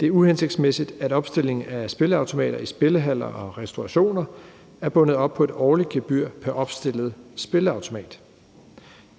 Det er uhensigtsmæssigt, at opstilling af spilleautomater i spillehaller og restaurationer er bundet op på et årligt gebyr pr. opstillet spilleautomat.